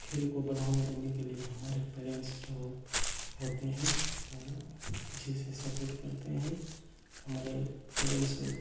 खेल को बढ़ावा देने के लिए हमारे पेरेंट्स जो होते हैं वो पीछे से सपोर्ट करते हैं हमारे पेरेंट्स